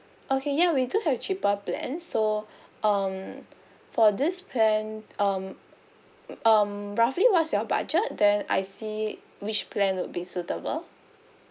okay ya we do have cheaper plans so um for this plan um um roughly what's your budget then I see which plan would be suitable